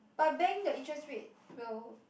but bank the interest rate will